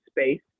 space